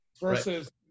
versus –